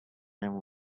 and